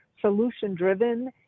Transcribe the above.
solution-driven